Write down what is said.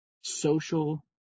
social